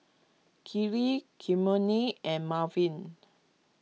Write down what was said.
Kiley Kymani and Marvin